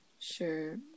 Sure